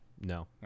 No